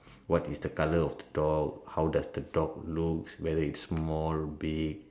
what is the colour of the dog how does the dog looks whether it's small big